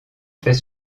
fait